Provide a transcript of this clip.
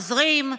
עוזרים,